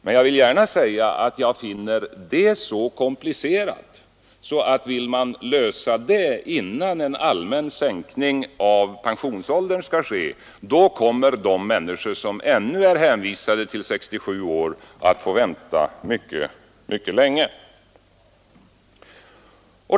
Men jag vill gärna säga att jag finner detta problem så komplicerat, att vill man lösa det innan en allmän sänkning av pensionsåldern skall genomföras, kommer de människor som ännu är hänvisade till pensionsåldersgränsen 67 år att få vänta mycket, mycket länge.